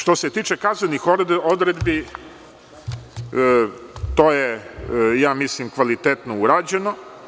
Što se tiče kaznenih odredbi, to je, ja mislim, kvalitetno urađeno.